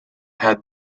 had